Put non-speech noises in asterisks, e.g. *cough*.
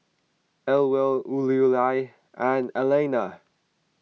Ewell *unintelligible* and Elana